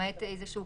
למעט איזשהו